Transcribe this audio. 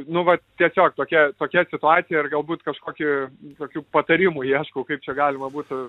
nu vat tiesiog tokia tokia situacija ir galbūt kažkokį tokių patarimų ieško kaip čia galima būtų